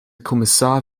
kommissar